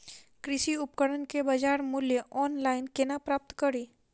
कृषि उपकरण केँ बजार मूल्य ऑनलाइन केना प्राप्त कड़ी?